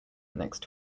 next